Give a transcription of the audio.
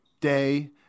Day